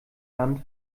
land